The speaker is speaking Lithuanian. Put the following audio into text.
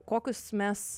kokius mes